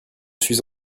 suis